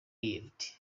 leaved